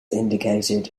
indicated